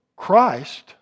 Christ